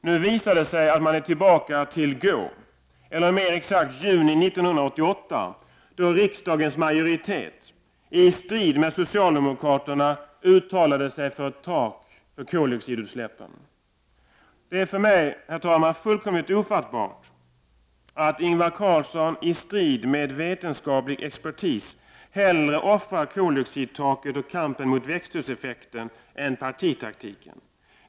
Nu visar det sig att man är tillbaka vid Gå, eller mer exakt juni 1988, då riksdagens majoritet i strid mot socialdemokraternas vilja uttalade sig för ett tak för koldixoidutsläppen. Herr talman! Det är för mig fullkomligt ofattbart att Ingvar Carlsson i strid med vetenskaplig expertis hellre offrar koldioxidtaket och kampen mot växthuseffekten än partitaktiken.